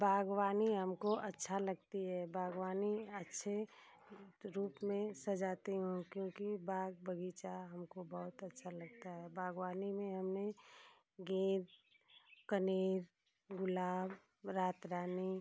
बागवानी हमको अच्छा लगती है बागवानी अच्छे रूप में सजाती हूँ क्योंकि बाग बगीचा हमको बहुत अच्छा लगता है बागवानी में हमने गेंद कनेर गुलाब रातरानी